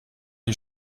die